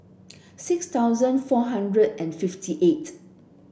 six thousand four hundred and fifty eighth